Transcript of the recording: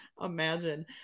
imagine